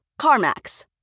CarMax